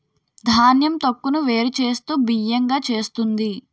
ధాన్యం తొక్కును వేరు చేస్తూ బియ్యం గా చేస్తుంది